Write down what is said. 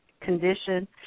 condition